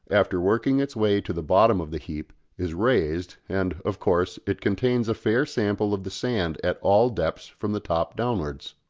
after working its way to the bottom of the heap, is raised, and, of course, it contains a fair sample of the sand at all depths from the top downwards.